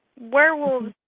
Werewolves